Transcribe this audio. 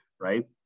right